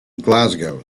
glasgow